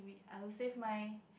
I will save my